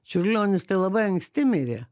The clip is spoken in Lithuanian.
čiurlionis tai labai anksti mirė